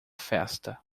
festa